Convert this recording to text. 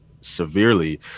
severely